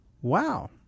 Wow